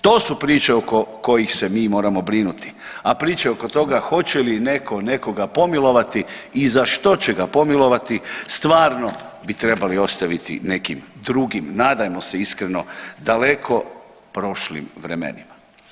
To su priče oko kojih se mi moramo brinuti, a priče oko toga hoće li neko nekoga pomilovati i za što će ga pomilovati stvarno bi trebali ostaviti nekim drugim nadajmo se iskreno daleko prošlim vremenima.